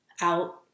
out